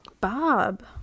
Bob